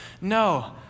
No